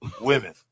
women